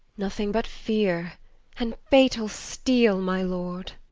nothing but fear and fatal steel, my lord.